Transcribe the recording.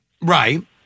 Right